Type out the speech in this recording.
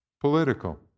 political